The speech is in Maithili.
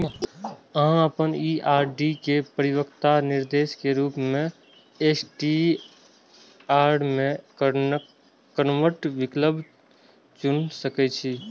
अहां अपन ई आर.डी के परिपक्वता निर्देश के रूप मे एस.टी.डी.आर मे कन्वर्ट विकल्प चुनि सकै छी